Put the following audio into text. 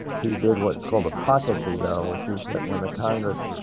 he did what's called a pocket veto, which is that when the congress